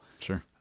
Sure